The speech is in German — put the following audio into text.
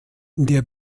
der